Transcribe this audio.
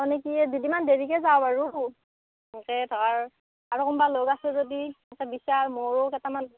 মানে কি দুদিনমান দেৰিকৈ যাওঁ আৰু সেনকৈ ধৰ আৰু কোনোবা লগ আছে যদি বিচাৰ মোৰো কেটামান